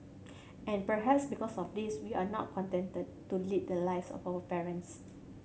and perhaps because of this we are not contented to lead the lives of our parents